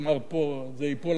זה ייפול על אוזניים ערלות,